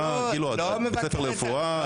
אתה מבית ספר לרפואה?